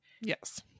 Yes